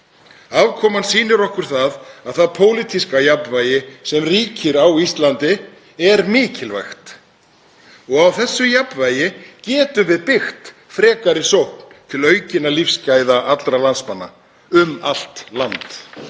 Afkoman sýnir okkur að það pólitíska jafnvægi sem ríkir á Íslandi er mikilvægt og á þessu jafnvægi getum við byggt frekari sókn til aukinna lífsgæða allra landsmanna, um allt land.